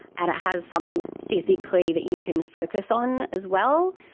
and it has something physically that you can focus on as well.